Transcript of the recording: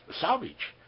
salvage